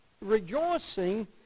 rejoicing